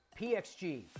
pxg